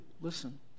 Listen